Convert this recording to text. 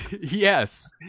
yes